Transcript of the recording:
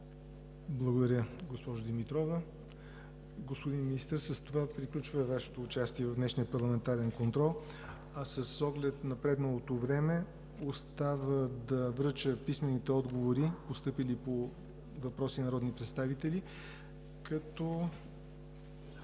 Благодаря, госпожо Димитрова. Господин Министър, с това приключва Вашето участие в днешния парламентарен контрол. С оглед напредналото време остава да връча писмените отговори, постъпили по въпроси от народни представители, като